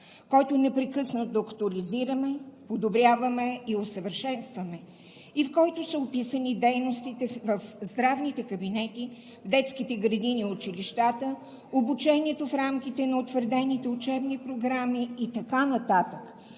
който непрекъснато актуализираме, подобряваме и усъвършенстваме, в който са описани дейностите в здравните кабинети, детските градини и училищата, обучението в рамките на утвърдените учебни програми и който